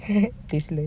tasteless